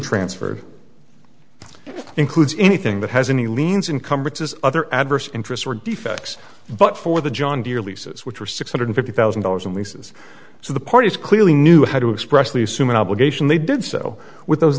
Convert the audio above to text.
transferred includes anything that has any liens incumbrances other adverse interest or defects but for the john deere leases which were six hundred fifty thousand dollars in leases so the parties clearly knew how to express lease suman obligation they did so with those